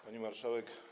Pani Marszałek!